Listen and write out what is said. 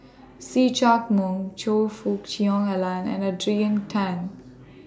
See Chak Mun Choe Fook Cheong Alan and Adrian Tan